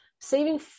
Saving